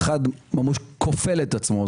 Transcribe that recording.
אחד כופל את עצמו.